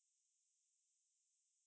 ya that's true I I